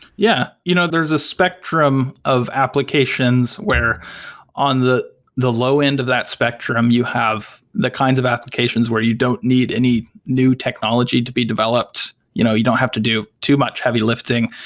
yeah. you know there's a spectrum of applications where on the the low-end of that spectrum you have the kinds of applications where you don't need any new technology to be developed. you know you don't have to do too much heavy lifting.